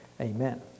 Amen